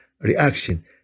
reaction